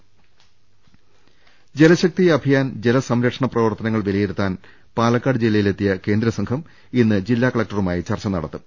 രുട്ട്ട്ട്ട്ട്ട്ട്ട ജലശക്തി അഭിയാൻ ജലസംരക്ഷണ പ്രവർത്തനങ്ങൾ വിലയിരുത്താൻ പാലക്കാട് ജില്ലയിലെത്തിയ കേന്ദ്ര സംഘം ഇന്ന് ജില്ലാ കലക്ടറുമായി ചർച്ച നടത്തും